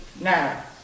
now